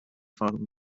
fahren